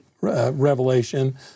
revelation